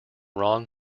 ron